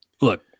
look